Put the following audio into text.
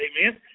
amen